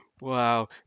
Wow